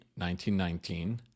1919